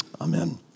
Amen